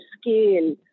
scale